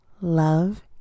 love